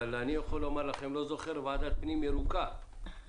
אבל אני יכול לומר לכם שאני לא זוכר ועדת פנים ירוקה כזו